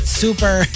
super